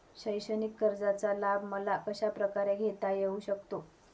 शैक्षणिक कर्जाचा लाभ मला कशाप्रकारे घेता येऊ शकतो?